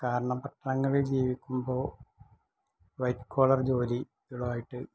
കാരണം പട്ടണങ്ങളിൽ ജീവിക്കുമ്പോൾ വൈറ്റ് കോളർ ജോലി ഉള്ളതായിട്ട്